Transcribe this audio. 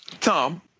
Tom